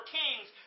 kings